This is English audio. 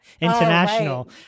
International